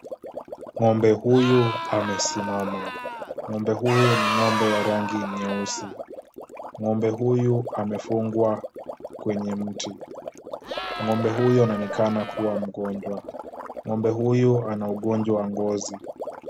Ng'ombe huyu amesimama. Ng'ombe huyu ni ng'ombe wa rangi nyeusi. Ng'ombe huyu amefungwa kwenye mti. Ng'ombe huyu anaonekana kuwa mgonjwa. Ng'ombe huyu anaugonjwa wa ngozi.